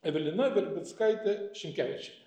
evelina verbickaitė šimkevičienė